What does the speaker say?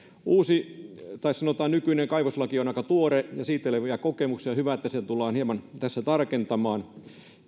uusi tai sanotaan nykyinen kaivoslaki on aika tuore ja siitä ei ole vielä kokemuksia hyvä että sitä tullaan hieman tässä tarkentamaan